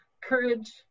courage